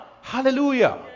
Hallelujah